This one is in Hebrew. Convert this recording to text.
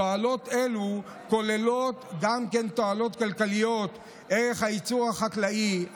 תועלת זו כוללת גם תועלת כלכלית: ערך הייצור החקלאי,